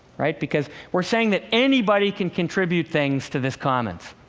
right? because we're saying that anybody can contribute things to this commons.